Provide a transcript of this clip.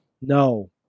no